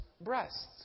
breasts